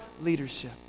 leadership